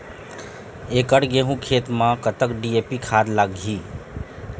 एकड़ गेहूं खेत म कतक डी.ए.पी खाद लाग ही?